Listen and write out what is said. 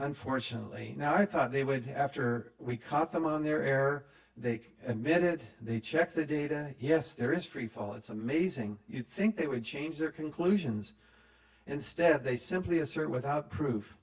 unfortunately now i thought they would have after we caught them on their air they admitted they checked the data yes there is freefall it's amazing you think they would change their conclusions instead they simply assert without pro